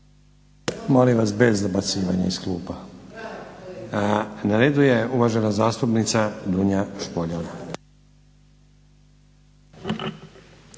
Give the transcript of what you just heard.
Molim vas bez dobacivanja iz klupa. Na redu je uvažena zastupnica Dunja Špoljar.